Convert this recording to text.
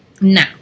Now